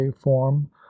form